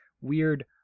weird